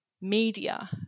media